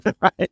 right